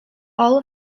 all